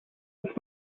this